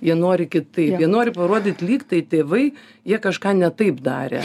jie nori kitaip jie nori parodyt lyg tai tėvai jie kažką ne taip darė